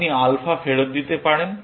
আপনি আলফা ফেরত দিতে পারেন